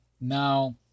now